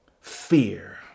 fear